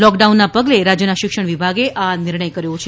લોકડાઉનના પગલે રાજ્યના શિક્ષણ વિભાગે આ નિર્ણય કર્યો છે